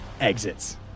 exits